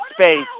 space